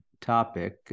topic